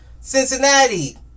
Cincinnati